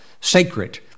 sacred